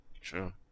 True